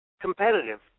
competitive